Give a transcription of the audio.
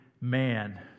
man